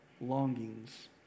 longings